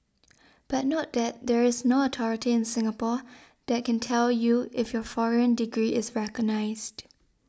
but note that there is no authority in Singapore that can tell you if your foreign degree is recognised